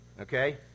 Okay